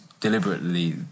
deliberately